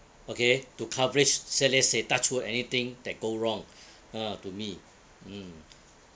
okay to coverage say let's say touch wood anything that go wrong ah to me mm